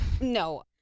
No